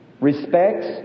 respects